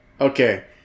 Okay